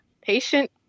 patient